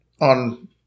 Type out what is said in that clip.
on